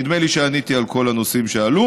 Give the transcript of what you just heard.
נדמה לי שעניתי על כל הנושאים שעלו.